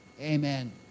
Amen